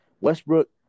Westbrook